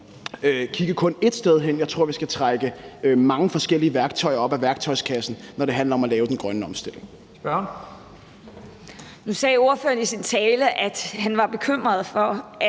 kigge ét sted hen, men at vi skal trække mange forskellige værktøjer op af værktøjskassen, når det handler om at lave den grønne omstilling. Kl. 10:47 Første næstformand (Leif